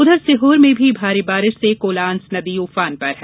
उधर सीहोर में भी भारी बारिश से कोलांस नदी उफान पर है